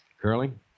Curling